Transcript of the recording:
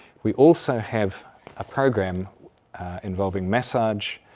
we also have a program involving massage,